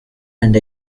and